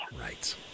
Right